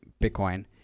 Bitcoin